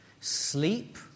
sleep